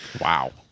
Wow